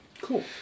Cool